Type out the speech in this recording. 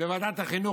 בוועדת החינוך,